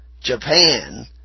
Japan